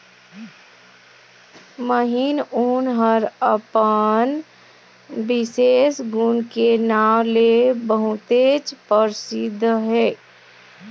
महीन ऊन ह अपन बिसेस गुन के नांव ले बहुतेच परसिद्ध हे